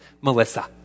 Melissa